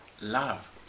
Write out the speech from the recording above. Love